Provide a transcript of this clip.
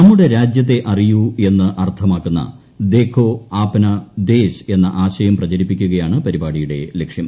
നമ്മുടെ രാജ്യത്തെ അറിയൂ എന്ന് അർത്ഥമാക്കുന്ന ദേഖോ അപ്നാ ദേശ് എന്ന ആശയം പ്രചരിപ്പിക്കുകയാണ് പരിപാടിയുടെ ലക്ഷ്യം